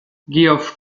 geoff